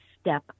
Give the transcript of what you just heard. step